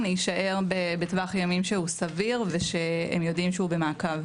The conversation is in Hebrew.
להישאר בטווח ימים שהוא סביר ושהם יודעים שהוא במעקב.